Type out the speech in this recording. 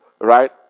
right